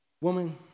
woman